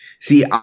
See